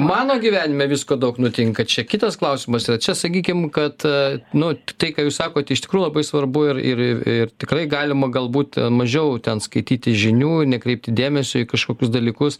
mano gyvenime visko daug nutinka čia kitas klausimas ar čia sakykim kad nu tai ką jūs sakot iš tikrųjų labai svarbu ir ir tikrai galima galbūt mažiau ten skaityti žinių nekreipti dėmesio į kažkokius dalykus